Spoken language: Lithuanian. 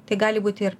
tai gali būt ir